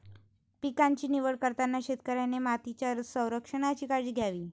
पिकांची निवड करताना शेतकऱ्याने मातीच्या संरक्षणाची काळजी घ्यावी